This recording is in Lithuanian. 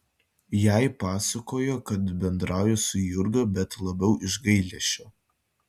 jai pasakojo kad bendrauja su jurga bet labiau iš gailesčio